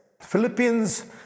Philippians